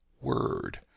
Word